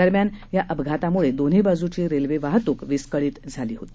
दरम्यान या अपघातामुळे दोन्ही बाजूची रेल्वे वाहतूक विस्कळित झाली होती